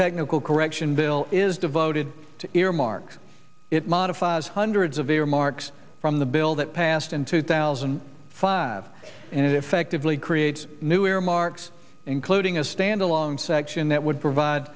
technical correction bill is devoted to earmark it modifies hundreds of earmarks from the bill that passed in two thousand and five and effectively creates new earmarks including a standalone section that would provide